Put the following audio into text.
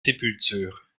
sépultures